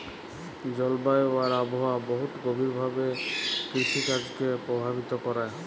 জলবায়ু আর আবহাওয়া বহুত গভীর ভাবে কিরসিকাজকে পরভাবিত ক্যরে